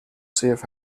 safe